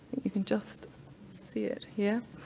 you can just see it here